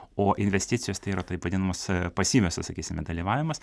o investicijos tai yra taip vadinamos pasyviosios sakysime dalyvavimas